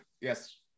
yes